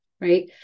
right